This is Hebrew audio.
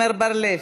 עמר בר-לב,